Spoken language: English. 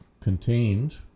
contained